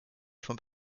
font